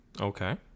Okay